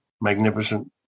magnificent